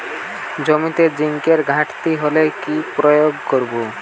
জমিতে জিঙ্কের ঘাটতি হলে কি প্রয়োগ করব?